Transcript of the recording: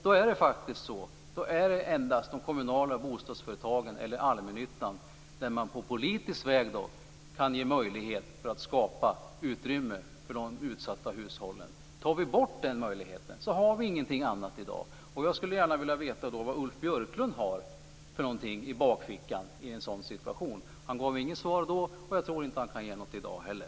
Då är det faktiskt endast de kommunala bostadsföretagen eller allmännyttan där man på politisk väg kan ge möjlighet för att skapa utrymme för de utsatta hushållen. Tar vi bort den möjligheten har vi ingenting annat i dag. Jag skulle gärna vilja veta vad Ulf Björklund har för någonting i bakfickan i en sådan situation. Han gav inget svar då, och jag tror inte han kan ge något i dag heller.